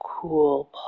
cool